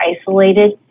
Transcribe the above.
isolated